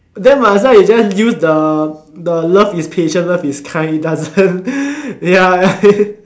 then might as well you just use the the love is patient love is kind it doesn't ya